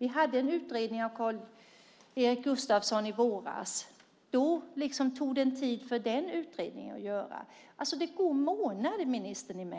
Det gjordes en utredning av Karl Erik Gustafsson i våras. Det tog tid innan den blev klar. Det går alltså månader, ministern.